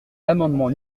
l’amendement